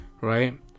right